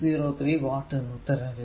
603 watt എന്ന് ഉത്തരം ലഭിക്കും